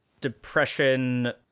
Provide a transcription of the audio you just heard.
depression